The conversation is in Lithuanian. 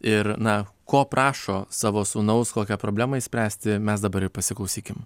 ir na ko prašo savo sūnaus kokią problemą išspręsti mes dabar ir pasiklausykim